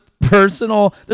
personal